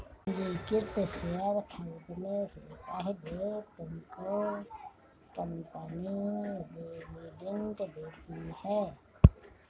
पंजीकृत शेयर खरीदने से पहले तुमको कंपनी डिविडेंड देती है